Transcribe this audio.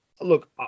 look